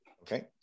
okay